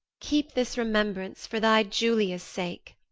keep this remembrance for thy julia's sake.